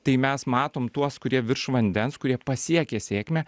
tai mes matom tuos kurie virš vandens kurie pasiekė sėkmę